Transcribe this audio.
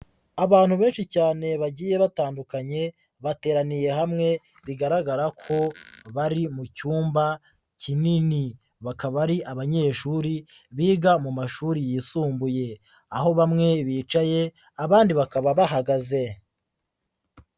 Abantu benshi cyane bagiye batandukanye bateraniye hamwe bigaragara ko bari mu cyumba kinini, bakaba ari abanyeshuri biga mu mashuri yisumbuye aho bamwe bicaye abandi bakaba bahagaze.